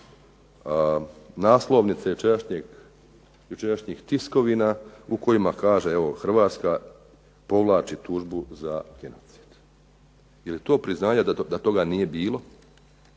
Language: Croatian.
naslovnice jučerašnjih tiskovina u kojima kaže evo Hrvatska povlači tužbu za …/Govornik se ne razumije./… Je li to priznanje da toga nije bilo?